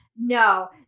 No